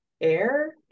air